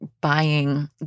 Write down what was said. buying